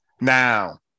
Now